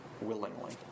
willingly